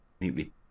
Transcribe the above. neatly